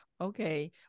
Okay